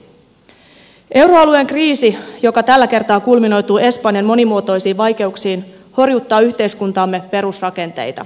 euroalueen kriisi joka tällä kertaa kulminoituu espanjan monimuotoisiin vaikeuksiin horjuttaa yhteiskuntamme perusrakenteita